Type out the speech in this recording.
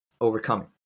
overcoming